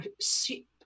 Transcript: see